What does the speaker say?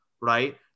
Right